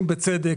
בצדק,